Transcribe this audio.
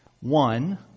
One